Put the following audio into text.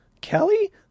kelly